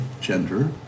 gender